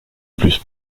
plus